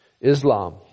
Islam